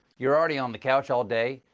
you're already on the couch all day,